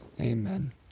Amen